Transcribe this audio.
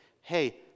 hey